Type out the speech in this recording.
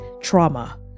trauma